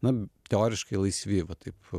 na teoriškai laisvi va taip